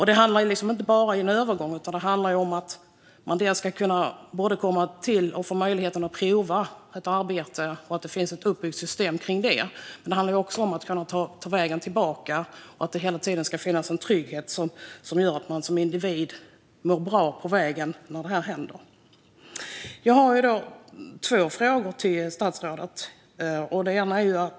Det handlar inte heller bara om en övergång, utan det handlar dels om att man ska kunna få möjlighet att prova ett arbete och att det finns ett uppbyggt system kring det, dels om att kunna ta vägen tillbaka och att det hela tiden ska finnas en trygghet som gör att man som individ mår bra på vägen när detta händer. Jag har i dag två frågor till statsrådet.